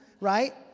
right